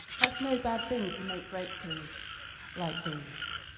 that's no bad thing if you make breakthroughs like these.